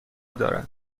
دارد